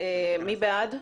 מי בעד?